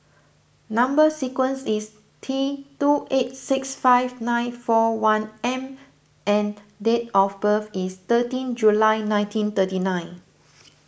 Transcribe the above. Number Sequence is T two eight six five nine four one M and date of birth is thirteen July nineteen thirty nine